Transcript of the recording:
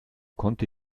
konnte